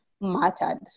mattered